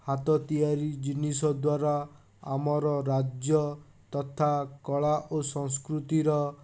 ହାତ ତିଆରି ଜିନିଷ ଦ୍ଵାରା ଆମର ରାଜ୍ୟ ତଥା କଳା ଓ ସଂସ୍କୃତିର